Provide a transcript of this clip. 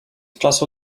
czasu